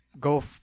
Go